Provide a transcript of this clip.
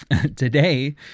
Today